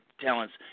talents